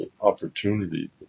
opportunity